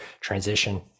transition